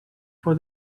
for